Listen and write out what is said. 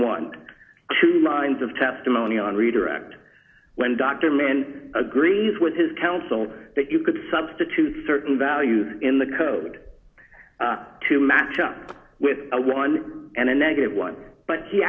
twelve lines of testimony on redirect when dr mann agrees with his counsel that you could substitute certain values in the code to match up with a one and a negative one but he